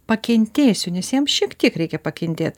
pakentėsiu nes jiems šiek tiek reikia pakentėt